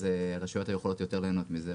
אז הרשויות היו יכולות יותר ליהנות מזה.